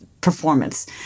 performance